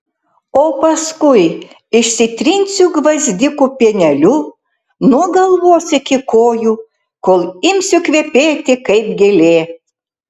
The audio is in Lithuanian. o paskui išsitrinsiu gvazdikų pieneliu nuo galvos iki kojų kol imsiu kvepėti kaip gėlė